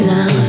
Now